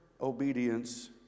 obedience